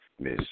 Miss